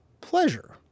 pleasure